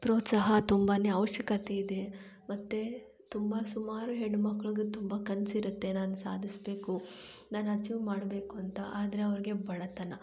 ಪ್ರೋತ್ಸಾಹ ತುಂಬನೇ ಅವಶ್ಯಕತೆ ಇದೆ ಮತ್ತೆ ತುಂಬ ಸುಮಾರು ಹೆಣ್ಣು ಮಕ್ಳಿಗೆ ತುಂಬ ಕನ್ಸಿರುತ್ತೆ ನಾನು ಸಾಧಿಸ್ಬೇಕು ನಾನು ಅಚೀವ್ ಮಾಡಬೇಕು ಅಂತ ಆದರೆ ಅವ್ರಿಗೆ ಬಡತನ